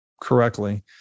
correctly